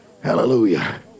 Hallelujah